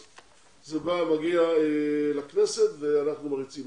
מגיעה לכנסת ואנחנו מריצים אותה.